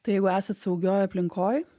tai jeigu esat saugioj aplinkoj